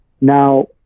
now